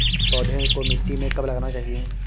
पौधें को मिट्टी में कब लगाना चाहिए?